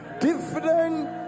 Different